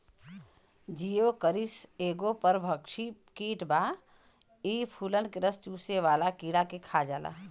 Geocoris एगो परभक्षी कीट बा इ फूलन के रस चुसेवाला कीड़ा के खा जाला